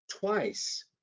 Twice